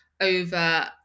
over